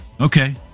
okay